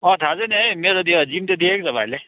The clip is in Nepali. अँ थाहा छ नि है मेरो त्यो जिम त देखेको छ भाइले